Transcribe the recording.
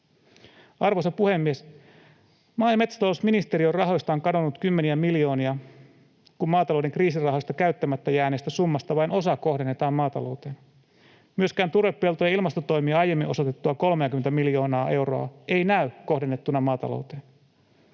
Arvoisa puhemies! Maa- ja metsätalousministeriön rahoista on kadonnut kymmeniä miljoonia, kun maatalouden kriisirahasta käyttämättä jääneestä summasta vain osa kohdennetaan maatalouteen. Myöskään turvepeltojen ilmastotoimiin aiemmin osoitettua 30:tä miljoonaa euroa ei näy kohdennettuna maatalouteen.